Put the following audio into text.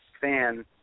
fan